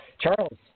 Charles